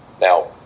Now